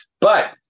But-